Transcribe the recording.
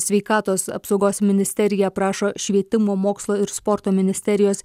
sveikatos apsaugos ministerija prašo švietimo mokslo ir sporto ministerijos